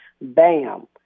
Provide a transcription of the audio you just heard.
Bam